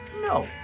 no